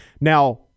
Now